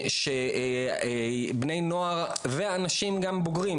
שבני ונוער ואנשים בוגרים,